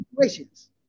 situations